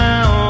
Now